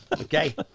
Okay